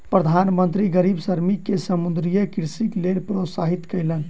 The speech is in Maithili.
प्रधान मंत्री गरीब श्रमिक के समुद्रीय कृषिक लेल प्रोत्साहित कयलैन